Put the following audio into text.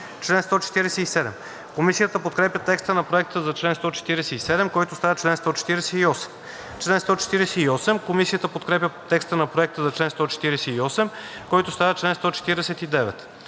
Комисията подкрепя текста на Проекта за чл. 147, който става чл. 148. Комисията подкрепя текста на Проекта за чл. 148, който става чл. 149.